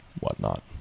whatnot